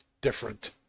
different